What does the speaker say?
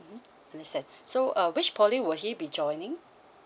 mm understand so uh which poly will he be joining